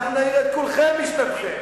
אנחנו נעיר את כולכם משנתכם.